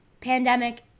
pandemic